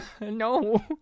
No